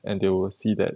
and they will see that